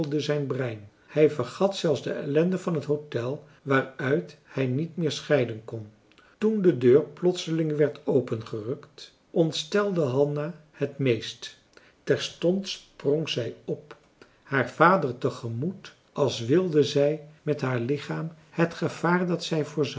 zijn brein hij vergat zelfs de ellende van het hôtel waaruit hij niet meer scheiden kon toen de deur plotseling werd opengerukt ontstelde hanna het meest terstond sprong zij op haar vader tegemoet als wilde zij met haar lichaam het gevaar dat zij voorzag